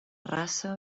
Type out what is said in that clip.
raça